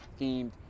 themed